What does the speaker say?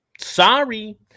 Sorry